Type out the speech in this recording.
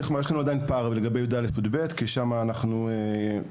עדיין יש לנו פער בנושא הזה בכיתות יא׳ ו-יב׳,